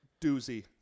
Doozy